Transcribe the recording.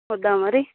వద్దా మరి